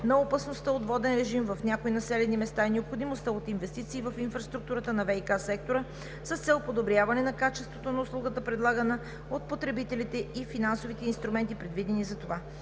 на опасността от воден режим в някои населени места и необходимостта от инвестиции в инфраструктурата на ВиК сектора, с цел подобряване на качеството на услугата, предлагана на потребителите, и финансовите инструменти, предвидени за това.